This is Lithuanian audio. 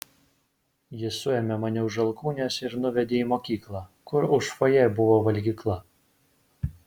jis suėmė mane už alkūnės ir nuvedė į mokyklą kur už fojė buvo valgykla